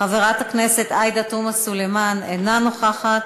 חברת הכנסת עאידה תומא סלימאן, אינה נוכחת.